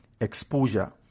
Exposure